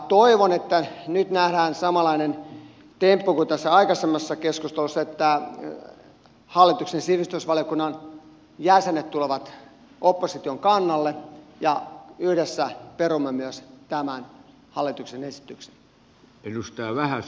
toivon että nyt nähdään samanlainen temppu kuin aikaisemmassa keskustelussa että hallituksen sivistysvaliokunnan jäsenet tulevat opposition kannalle ja yhdessä perumme myös tämän hallituksen esityksen